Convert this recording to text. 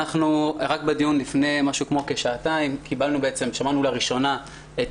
בדיון לפני כשעתיים שמענו לראשונה את